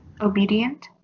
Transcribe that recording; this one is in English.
obedient